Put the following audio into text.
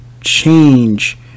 change